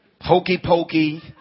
Hokey-pokey